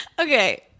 Okay